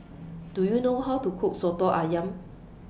Do YOU know How to Cook Soto Ayam